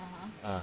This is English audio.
啊